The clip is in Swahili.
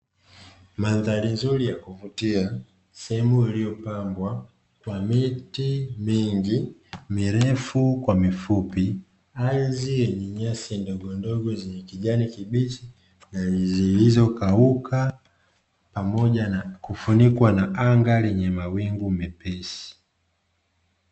Mandhari nzuri ya kuvutia, sehemu iliyopambwa kwa miti mingi mirefu kwa mifupi ardhi yenye nyasi ndogondogo zenye kijani kibichi zilizo kauka pamoja na kufunikwa na anga lenye mawingu mepesi.